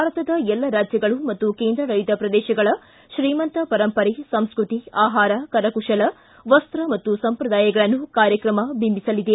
ಭಾರತದ ಎಲ್ಲ ರಾಜ್ಯಗಳು ಮತ್ತು ಕೇಂದ್ರಾಡಳಿತ ಪ್ರದೇಶಗಳ ಶ್ರೀಮಂತ ಪರಂಪರೆ ಸಂಸ್ನತಿ ಆಹಾರ ಕರಕುಶಲ ವಸ್ತ ಮತ್ತು ಸಂಪ್ರದಾಯಗಳನ್ನು ಕಾರ್ಯಕ್ರಮ ಬಿಂಬಿಸಲಿದೆ